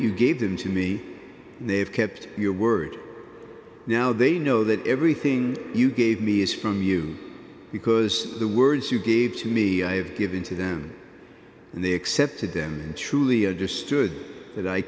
you gave them to me and they have kept your word now they know that everything you gave me is from you because the words you gave to me i have given to them and they accepted them truly understood that i